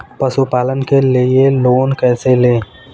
पशुपालन के लिए लोन कैसे लें?